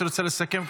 אתה רוצה לסכם?